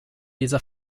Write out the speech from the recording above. dieser